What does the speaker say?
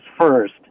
first